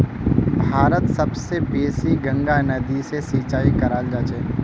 भारतत सब स बेसी गंगा नदी स सिंचाई कराल जाछेक